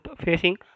facing